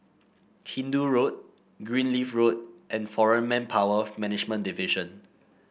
Hindoo Road Greenleaf Road and Foreign Manpower Management Division